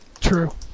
True